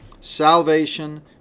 salvation